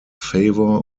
favour